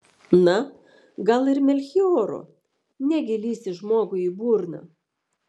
na gal ir melchioro negi lįsi žmogui į burną